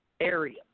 area